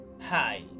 Hi